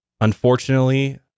unfortunately